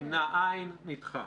נדחה.